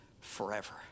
forever